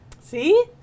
See